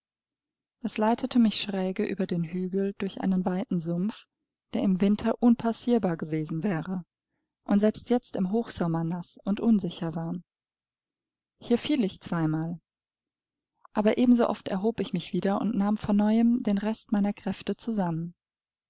es leitete mich schräge über den hügel durch einen weiten sumpf der im winter unpassierbar gewesen wäre und selbst jetzt im hochsommer naß und unsicher war hier fiel ich zweimal aber ebenso oft erhob ich mich wieder und nahm von neuem den rest meiner kräfte zusammen